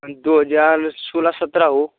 हाँ दो हजार सोलह सत्रह हो